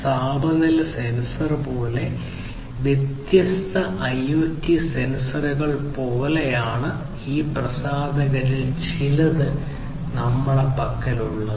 താപനില സെൻസർ പോലെയുള്ള വ്യത്യസ്ത IoT സെൻസറുകൾ പോലെയാണ് ഈ പ്രസാധകരിൽ ചിലത് നമ്മളുടെ പക്കലുള്ളത്